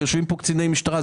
יושבים פה קציני משטרה.